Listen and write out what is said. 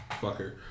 fucker